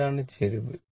ഇതാണ് ചരിവ്